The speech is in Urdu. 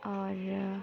اور